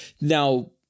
now